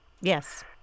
Yes